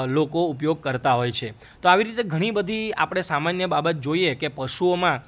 લોકો ઉપયોગ કરતા હોય છે તો આવી રીતે ઘણી બધી આપણે સામાન્ય બાબત જોઈએ કે પશુઓમાં